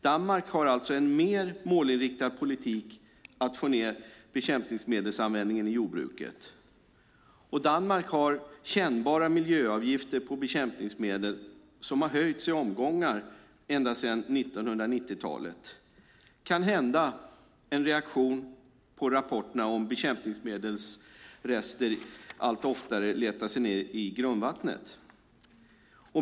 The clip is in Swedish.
Danmark har alltså en mer målinriktad politik för att få ned bekämpningsmedelsanvändningen i jordbruket. Danmark har kännbara miljöavgifter på bekämpningsmedel, och de har höjts i omgångar sedan 1990-talet. Det är kanhända en reaktion på rapporterna om bekämpningsmedelsrester som allt oftare letar sig ned till grundvattnet.